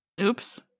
Oops